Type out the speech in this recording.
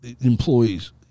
Employees